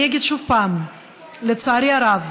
אני אגיד שוב: לצערי הרב,